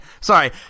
Sorry